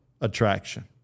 attraction